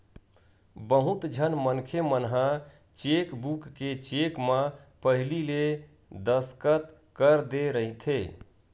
बहुत झन मनखे मन ह चेकबूक के चेक म पहिली ले दस्कत कर दे रहिथे